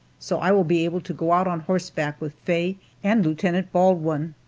so i will be able to go out on horseback with faye and lieutenant baldwin.